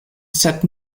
sed